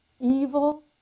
evil